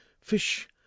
Fish